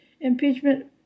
Impeachment